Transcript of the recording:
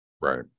Right